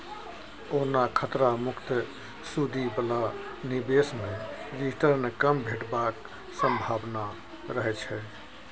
ओना खतरा मुक्त सुदि बला निबेश मे रिटर्न कम भेटबाक संभाबना रहय छै